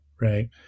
right